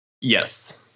yes